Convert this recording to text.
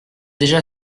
déjà